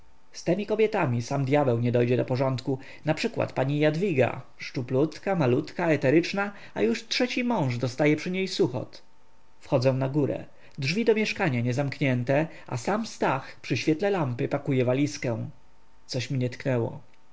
z temi kobietami sam dyabeł nie dojdzie porządku naprzykład pani jadwiga szczuplutka malutka eteryczna a już trzeci mąż dostaje przy niej suchot wchodzę na górę drzwi do mieszkania nie zamknięte a sam stach przy świetle lampy pakuje walizkę coś mnie tknęło